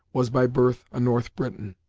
was, by birth a north briton.